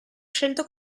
scelto